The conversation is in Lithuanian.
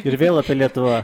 ir vėl apie lietuvą